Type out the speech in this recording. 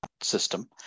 system